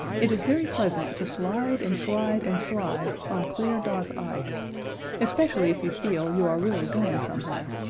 it is very pleasant to slide and slide and slide on clear, dark ice especially if you feel you are really going somewhere,